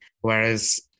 Whereas